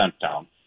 down